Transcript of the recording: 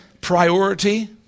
priority